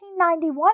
1991